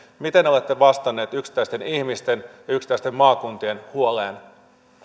miten olette vastanneet yksittäisten ihmisten ja yksittäisten maakuntien huoleen